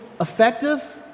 effective